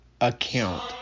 account